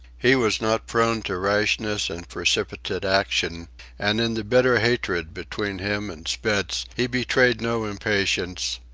he was not prone to rashness and precipitate action and in the bitter hatred between him and spitz he betrayed no impatience,